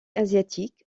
asiatiques